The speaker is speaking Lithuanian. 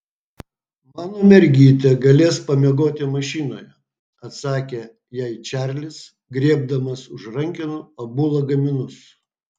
mano mergytė galės pamiegoti mašinoje atsakė jai čarlis griebdamas už rankenų abu lagaminus